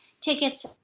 tickets